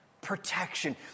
Protection